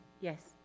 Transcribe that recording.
Yes